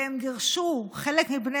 והם גירשו חלק מבני